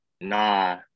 Nah